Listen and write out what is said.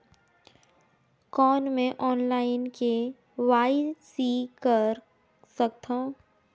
कौन मैं online KYC कर सकथव?